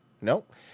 Nope